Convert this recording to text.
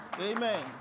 Amen